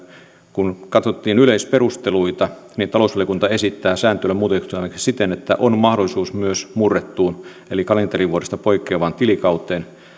kun katsottiin yleisperusteluita niin talousvaliokunta esittää sääntelyä muutettavaksi siten että on mahdollisuus myös murrettuun eli kalenterivuodesta poikkeavaan tilikauteen se